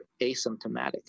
asymptomatic